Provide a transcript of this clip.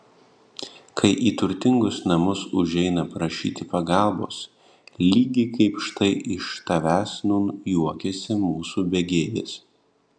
kai į turtingus namus užeina prašyti pagalbos lygiai kaip štai iš tavęs nūn juokiasi mūsų begėdės